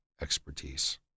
expertise